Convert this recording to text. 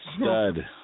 stud